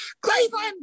Cleveland